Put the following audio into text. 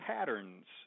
Patterns